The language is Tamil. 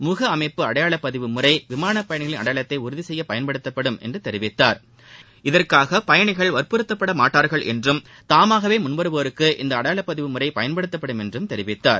முக அமைப்பு அடையாள பதிவு முறை விமான பயணிகளின் அடையாளத்தை உறுதி செய்ய பயன்படுத்தப்படும் என்று தெரிவித்தார் இதற்காக பயணிகள் வற்புறுத்தப்படமாட்டார்கள் என்றும் தாமாகவே முன் வருவோருக்கு இந்த அடையாள பதிவு முறை பயன்படுத்தப்படும் என்றும் தெரிவித்தார்